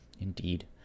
indeed